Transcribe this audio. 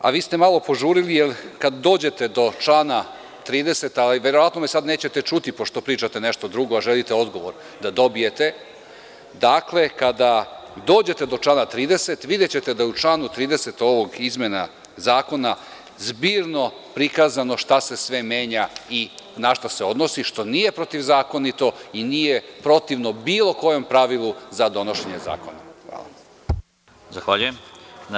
A, vi ste malo požurili jer kada dođete do člana 30, ali verovatno me sada nećete čuti pošto pričate nešto drugo, a želite odgovor da dobijete, dakle, kada dođete do člana 30. videćete da u članu 30. ove izmena zakona zbirno prikazano šta se sve menja i na šta se odnosi, što nije protivzakonito i nije protivno bilo kojem pravilu za donošenje zakona.